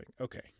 okay